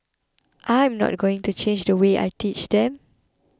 I'm not going to change the way I teach them